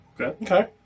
Okay